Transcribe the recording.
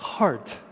Heart